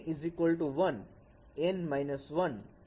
અને N 1 N 1 એમ હોવું જોઈએ